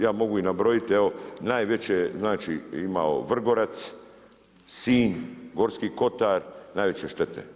Ja mogu i nabrojiti evo najveće znači je imao Vrgorac, Sinj, Gorski Kotar, najveće štete.